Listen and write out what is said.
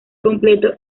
completo